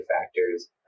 factors